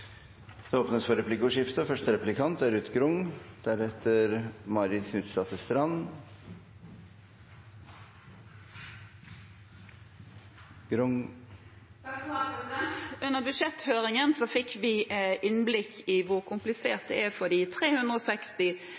debatten. Det blir replikkordskifte. I budsjetthøringen fikk vi innblikk i hvor komplisert det er for de 360